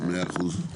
מאה אחוז.